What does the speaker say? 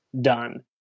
done